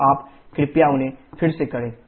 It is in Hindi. तो आप कृपया उन्हें फिर से करें